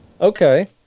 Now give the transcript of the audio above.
Okay